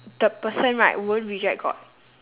the person right won't reject god